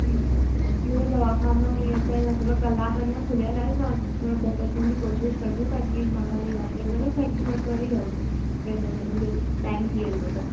मुंहिंजो दवाखानो ईअं त असां त कलाकु अञा खुलियल आहे थोरो झट अचनि जी कोशिशि कजो ताकी मां तव्हांजो इलाज करे सघां छा आहे की मूंखे वरी घर वेंदमि हली टाइम थी वेंदो त